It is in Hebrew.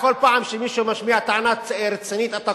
כל פעם שמישהו משמיע טענה רצינית אתה קופץ.